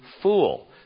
fool